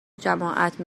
جماعت